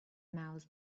mouths